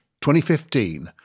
2015